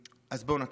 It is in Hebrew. אז בואו נתחיל.